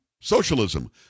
socialism